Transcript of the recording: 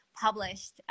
published